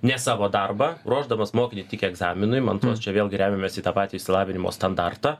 ne savo darbą ruošdamas mokinį tik egzaminui man atrodos čia vėlgi remiamės į tą patį išsilavinimo standartą